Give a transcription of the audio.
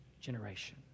generation